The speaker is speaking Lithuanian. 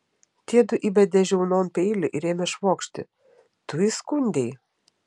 tiedu įbedė žiaunon peilį ir ėmė švokšti tu įskundei